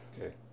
Okay